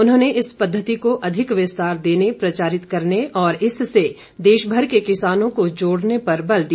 उन्होंने इस पद्वति को अधिक विस्तार देने प्रचारित करने और इससे देशमर के किसानों को जोड़ने पर बल दिया